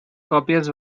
còpies